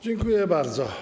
Dziękuję bardzo.